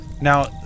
now